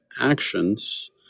actions